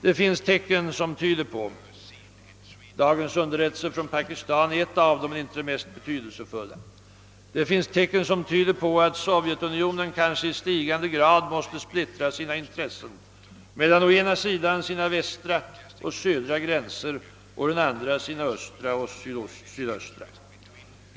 Det finns tecken — dagens underrättelser från Pakistan är ett av dem, men inte det mest betydelsefulla — som tyder på att Sovjetunionen kanske i stigande grad måste splittra sina intressen mellan å ena sidan sina västra och södra gränser och å den andra sina östra och sydöstra.